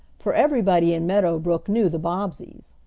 for everybody in meadow brook knew the bobbseys.